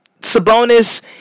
Sabonis